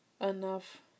enough